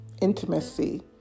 intimacy